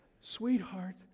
Sweetheart